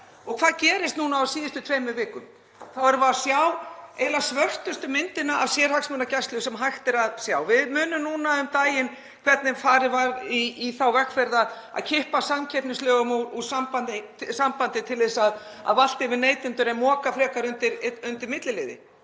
dag. Hvað gerist núna á síðustu tveimur vikum? Þá erum við að sjá eiginlega svörtustu myndina af sérhagsmunagæslu sem hægt er að sjá. Við munum hvernig farið var í þá vegferð núna um daginn að kippa samkeppnislögum úr sambandi til að valta yfir neytendur en moka frekar undir milliliði: